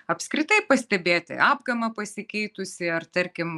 apskritai pastebėti apgamą pasikeitusį ar tarkim